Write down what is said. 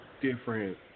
different